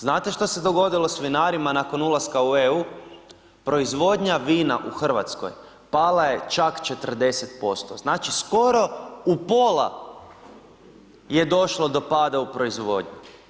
Znate što se dogodilo s vinarima nakon ulaska u EU, proizvodnja vina u Hrvatskoj pala je čak 40% znači skoro u pola je došlo do pada u proizvodnji.